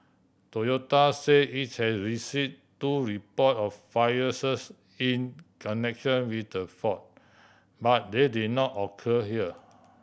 Toyota say it's has receive two report of fires in connection with the fault but they did not occur here